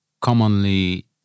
commonly